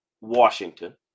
Washington